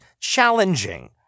challenging